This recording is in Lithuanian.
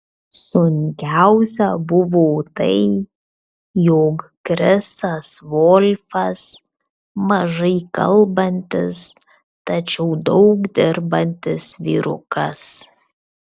sunkiausia buvo tai jog chrisas volfas mažai kalbantis tačiau daug darantis vyrukas